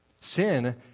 Sin